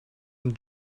and